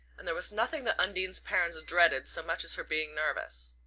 and there was nothing that undine's parents dreaded so much as her being nervous.